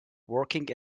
working